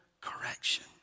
correction